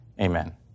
amen